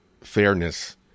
fairness